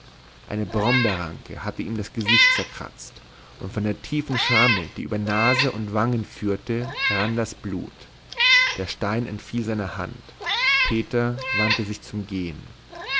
eine brombeerranke hatte ihm das gesicht zerkratzt und von der tiefen schramme die über nase und wangen führte rann das blut der stein entfiel seiner hand peter wandte sich zum gehen